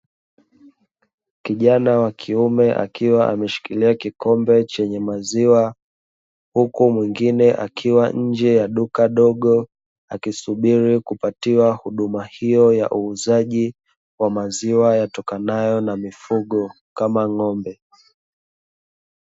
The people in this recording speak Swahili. Kijana wa kiume akiwa ameshikilia kikombe chenye maziwa, huku mwingine akiwa nje ya duka dogo, akisubiri kupatiwa huduma hiyo ya uuzaji wa maziwa yatokanayo na mifugo kama ng'ombe.